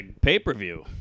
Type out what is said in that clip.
pay-per-view